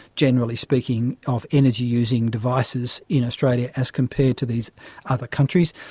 generally speaking, of energy-using devices in australia as compared to these other countries,